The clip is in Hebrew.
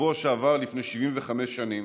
בשבוע שעבר לפני 75 שנים.